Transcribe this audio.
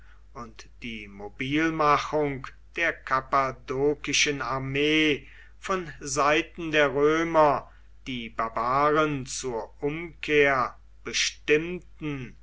und die mobilmachung der kappadokischen armee von seiten der römer die barbaren zur umkehr bestimmten